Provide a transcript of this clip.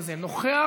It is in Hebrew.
נוכח.